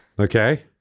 Okay